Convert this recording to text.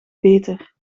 beter